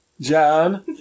John